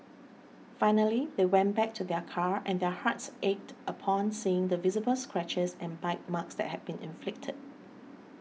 finally they went back to their car and their hearts ached upon seeing the visible scratches and bite marks that had been inflicted